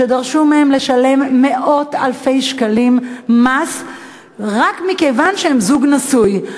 שדרשו מהם לשלם מאות אלפי שקלים מס רק מכיוון שהם זוג נשוי.